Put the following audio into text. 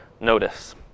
notice